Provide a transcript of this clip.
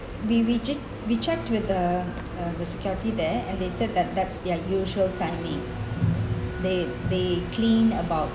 we we jus~ we checked with the uh the security there and they said that that's their usual timing they they clean about